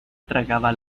tragaba